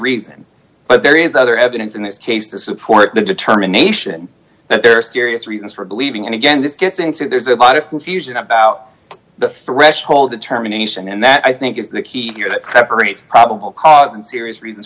reason but there is other evidence in this case to support the determination that there are serious reasons for believing and again this gets into there's a lot of confusion about the threshold determination and that i think is the key here that separates probable cause and serious reasons